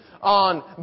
On